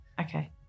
okay